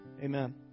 Amen